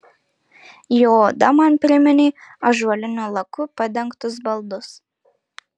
jo oda man priminė ąžuoliniu laku padengtus baldus